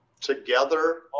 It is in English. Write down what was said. together